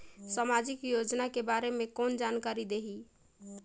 समाजिक योजना के बारे मे कोन जानकारी देही?